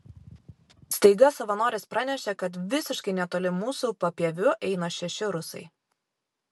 staiga savanoris pranešė kad visiškai netoli mūsų papieviu eina šeši rusai